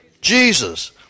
Jesus